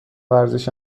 ورزش